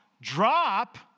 drop